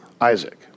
Isaac